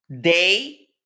day